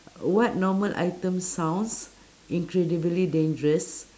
what normal item sounds incredibly dangerous